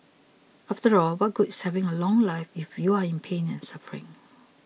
after all what good is having a long life if you're in pain and suffering